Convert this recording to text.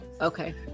Okay